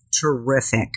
Terrific